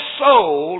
soul